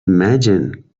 imagine